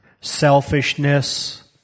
selfishness